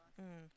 mm